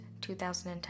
2010